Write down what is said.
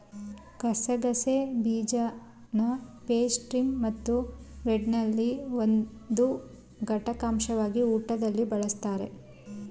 ಗಸಗಸೆ ಬೀಜನಪೇಸ್ಟ್ರಿಮತ್ತುಬ್ರೆಡ್ನಲ್ಲಿ ಒಂದು ಘಟಕಾಂಶವಾಗಿ ಊಟದಲ್ಲಿ ಬಳಸ್ತಾರೆ